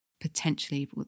potentially